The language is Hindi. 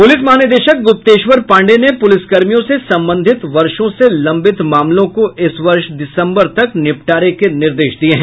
पुलिस महानिदेशक गुप्तेश्वर पांडेय ने पुलिसकर्मियों से संबंधित वर्षों से लंबित मामलों को इस वर्ष दिसम्बर तक निपटारे के निर्देश दिये हैं